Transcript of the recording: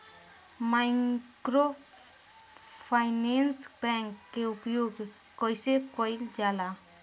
Microfinance bank के उपयोग कइसे कइल जाला?